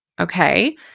Okay